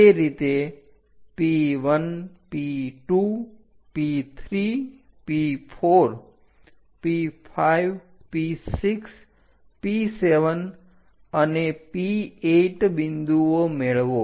તે રીતે P1P2P3P4P5P6P7 અને P8 બિંદુઓ મેળવો